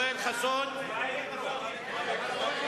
2009. לחבר הכנסת יואל חסון יש שתי הסתייגויות.